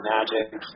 Magic